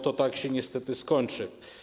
Tak to się niestety skończy.